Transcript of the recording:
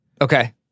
Okay